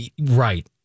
Right